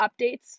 updates